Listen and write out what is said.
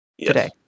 today